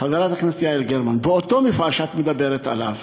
חברת הכנסת יעל גרמן, באותו מפעל שאת מדברת עליו